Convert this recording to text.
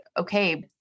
okay